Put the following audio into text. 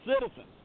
citizens